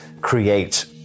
create